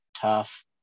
tough